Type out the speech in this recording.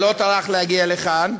שלא טרח להגיע לכאן,